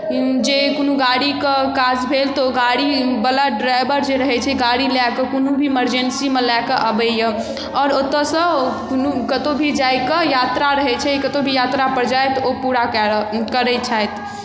जे कोनो गाड़ीके काज भेल तऽ ओ गाड़ीवला ड्राइवर जे रहै छै गाड़ी लऽ कऽ कोनो भी इमरजेन्सीमे लऽ कऽ अबैए आओर ओतऽसँ कोनो कतहु भी जाइके यात्रा रहै छै कतहु भी यात्रापर जाइ तऽ ओ पूरा करै छथि